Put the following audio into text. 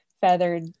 feathered